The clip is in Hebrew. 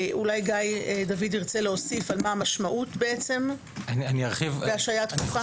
גיא דוד, תרצה להרחיב מה המשמעות בהשעיה דחופה?